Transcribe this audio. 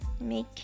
make